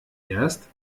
erst